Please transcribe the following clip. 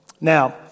Now